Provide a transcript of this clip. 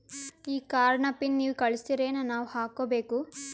ಈ ಕಾರ್ಡ್ ನ ಪಿನ್ ನೀವ ಕಳಸ್ತಿರೇನ ನಾವಾ ಹಾಕ್ಕೊ ಬೇಕು?